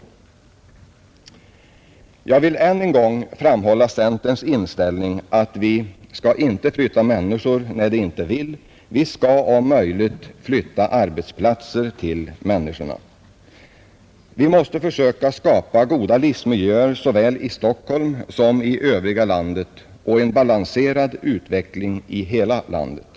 Ännu en gång vill jag framhålla centerns inställning att vi inte skall flytta människor när de inte vill — vi skall om möjligt flytta arbetsplatser till människorna, Vi måste försöka skapa goda livsmiljöer såväl i Stockholm som i övriga landet och en balanserad utveckling i hela landet.